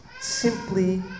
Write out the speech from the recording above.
simply